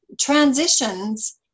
transitions